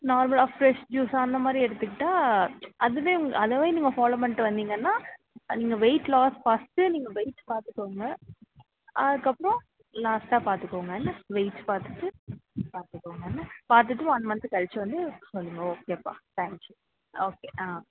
நார்மலாக fresh juice அந்த மாதிரி எடுத்துக்கிட்டால் அதுவே அதுவே நீங்கள் ஃபாலோ பண்ணிகிட்டு வந்தீங்கன்னால் நீங்கள் வெயிட் லாஸ் ஃபர்ஸ்ட்டே நீங்கள் வெயிட் பார்த்துக்கோங்க அதுக்கு அப்புறம் லாஸ்டாக பார்த்துக்கோங்க என்ன வெயிட் பார்த்துட்டு பார்த்துக்கோங்க என்ன பார்த்துட்டு ஒன் மன்த் கழித்து வந்து சொல்லுங்க ஓகேப்பா தேங்க் யூ ஓகே ஆ